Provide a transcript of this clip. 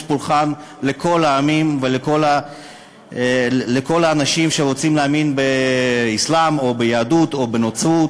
פולחן לכל העמים ולכל האנשים שרוצים להאמין באסלאם או ביהדות או בנצרות.